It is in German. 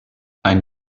ein